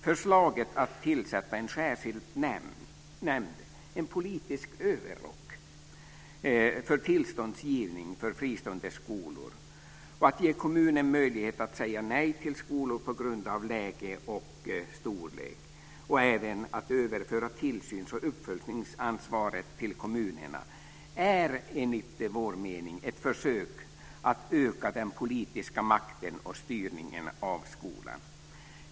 Förslaget att tillsätta en särskild nämnd - en politisk överrock - för tillståndsgivning för fristående skolor och att ge kommunen möjlighet att säga nej till skolor på grund av läge och storlek och även att överföra tillsyns och uppföljningsansvaret till kommunerna är enligt vår mening ett försök att öka den politiska makten och styrningen av skolan.